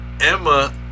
Emma